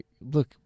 look